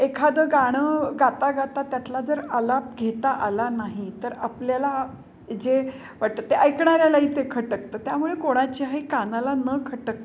एखादं गाणं गाता गाता त्यातला जर आलाप घेता आला नाही तर आपल्याला जे वाटते ते ऐकणाऱ्यालाही ते खटकतं त्यामुळे कोणाच्याही कानाला न खटकता